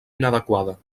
inadequada